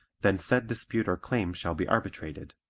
then said dispute or claim shall be arbitrated.